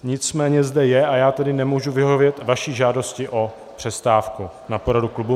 Nicméně zde je a já tedy nemůžu vyhovět vaší žádosti o přestávku na poradu klubu.